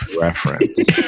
reference